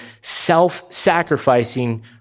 self-sacrificing